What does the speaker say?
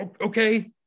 okay